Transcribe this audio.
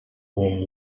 whom